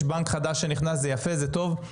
יש בנק חדש שנכנס, זה יפה, זה טוב.